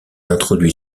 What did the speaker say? introduit